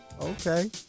Okay